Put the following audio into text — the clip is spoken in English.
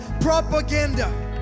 propaganda